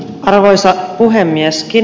arvoisa puhemies